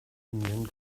union